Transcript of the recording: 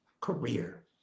career